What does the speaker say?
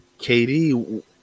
KD